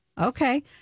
Okay